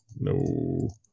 No